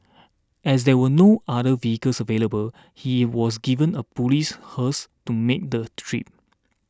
as there were no other vehicles available he was given a police hearse to make the trip